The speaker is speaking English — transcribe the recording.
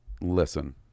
listen